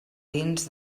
dins